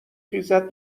خیزد